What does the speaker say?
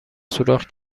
سوراخ